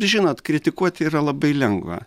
žinot kritikuot yra labai lengva